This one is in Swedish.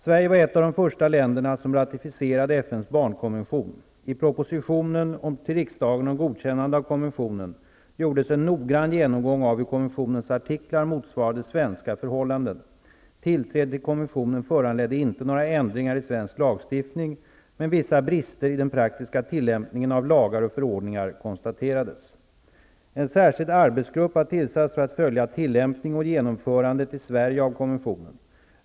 Sverige var ett av de första länderna som ratificerade FN:s barnkonvention. I propositionen till riksdagen om godkännande av konventionen gjordes en noggrann genomgång av hur konventionens artiklar motsvarade svenska förhållanden. Tillträdet till konventionen föranledde inte några ändringar i svensk lagstiftning, men vissa brister i den praktiska tillämpningen av lagar och förordningar konstaterades. En särskild arbetsgrupp har tillsatts för att följa tillämpningen och genomförandet i Sverige av konventionen.